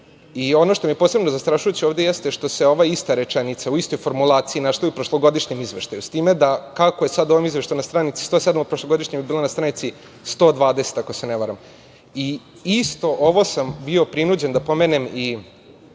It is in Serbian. što mi je posebno zastrašujuće ovde jeste što se ova ista rečenica u istoj formulaciji našla i u prošlogodišnjem izveštaju, s time da kako je sada u ovom izveštaju na stranici 107, a u prošlogodišnjem je bila na stranici 120, ako se ne varam. Isto ovo sam bio prinuđen da pomenem i